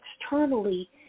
externally